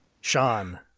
Sean